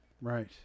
Right